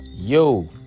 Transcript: Yo